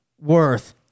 worth